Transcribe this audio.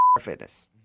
Fitness